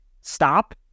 stop